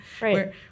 Right